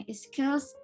skills